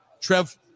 Trev